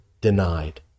denied